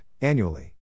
annually